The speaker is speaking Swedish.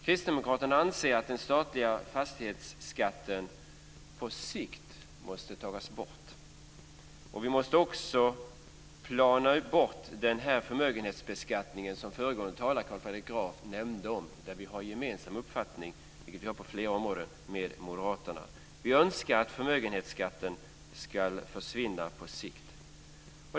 Kristdemokraterna anser att den statliga fastighetsskatten på sikt måste tas bort. Vi måste också plana ut och ta bort den förmögenhetsbeskattning som föregående talare, Carl Fredrik Graf, nämnde. Där, liksom på flera områden, har vi gemensam uppfattning med Moderaterna. Vi önskar att förmögenhetsskatten ska försvinna på sikt.